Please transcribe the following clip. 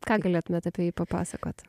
ką galėtumėt apie jį papasakot